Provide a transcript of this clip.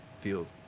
feels